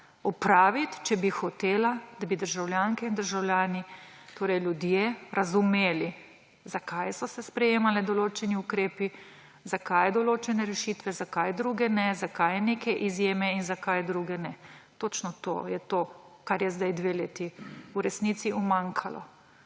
opraviti, če bi hotela, da bi državljanke in državljani, torej ljudje razumeli, zakaj so se sprejemali določeni ukrepi, zakaj določene rešitve, zakaj druge ne, zakaj neke izjeme in zakaj druge ne. Točno to je to, kar je zdaj dve leti v resnici umanjkalo.